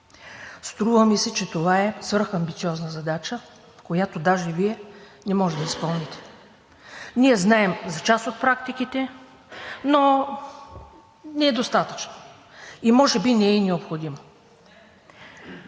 Струва ми се, че това е свръхамбициозна задача, която даже Вие не може да изпълните. Ние знаем за част от практиките, но недостатъчно и може би не е и необходимо.